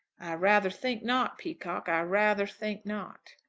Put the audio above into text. rather think not, peacocke. i rather think not.